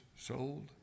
Sold